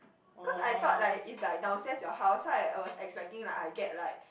cause I thought like it's like downstairs your house so I was expecting like I get like